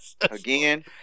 Again